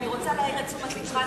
אני רוצה להעיר את תשומת לבך,